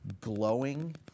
glowing